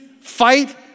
fight